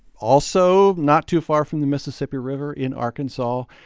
also not too far from the mississippi river in arkansas.